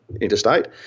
interstate